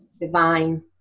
divine